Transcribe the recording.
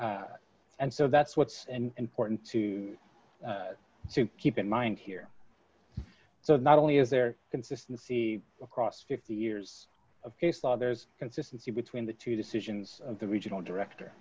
and so that's what's and porton to to keep in mind here so not only is there consistency across fifty years of case law there's consistency between the two decisions the regional director